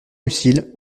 lucile